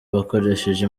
bakoresheje